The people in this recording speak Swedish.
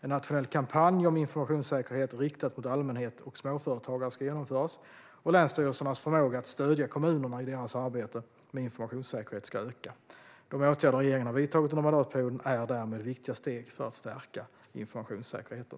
En nationell kampanj om informationssäkerhet riktad mot allmänhet och småföretagare ska genomföras, och länsstyrelsernas förmåga att stödja kommunerna i deras arbete med informationssäkerhet ska öka. De åtgärder regeringen har vidtagit under mandatperioden är därmed viktiga steg för att stärka informationssäkerheten.